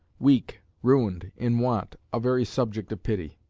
weak, ruined, in want, a very subject of pity.